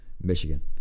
Michigan